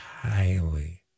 Kylie